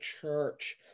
church